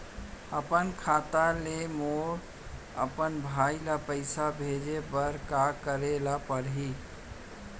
अपन खाता ले मोला अपन भाई ल पइसा भेजे बर का करे ल परही?